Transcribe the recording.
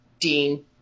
Dean